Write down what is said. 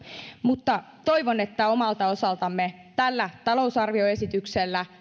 mutta toivon että omalta osaltamme tällä talousarvioesityksellä